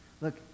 Look